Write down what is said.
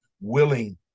willing